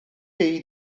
gei